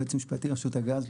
יועץ משפטי ברשות הגז,